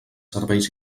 serveis